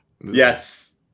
Yes